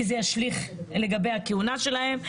כי זה ישליך לגבי הכהונה שלהם.